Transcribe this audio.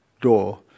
door